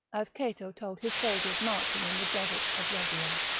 as cato told his soldiers marching in the deserts of libya,